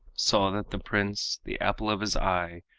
saw that the prince, the apple of his eye,